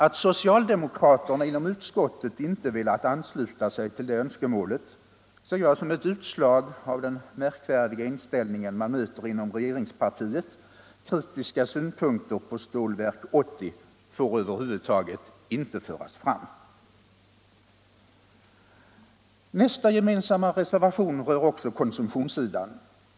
Att socialdemokraterna inom utskottet inte velat ansluta sig till det önskemålet ser jag som ett utslag av den märkliga inställning man möter inom regeringspartiet: kritiska synpunkter på Stålverk 80 får över huvud taget inte föras fram. Nästa gemensamma reservation rör också konsumtionssidan.